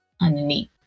underneath